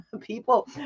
People